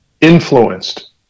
influenced